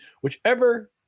whichever